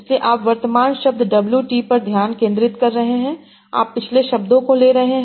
इसलिए आप वर्तमान शब्द w t पर ध्यान केंद्रित कर रहे हैं आप पिछले शब्दों को ले रहे हैं